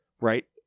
right